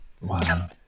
Wow